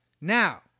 Now